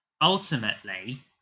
Ultimately